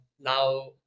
Now